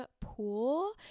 pool